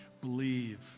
believe